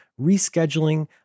rescheduling